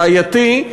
בעייתי,